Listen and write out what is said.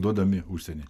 duodami į užsienį